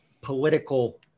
political